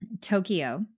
Tokyo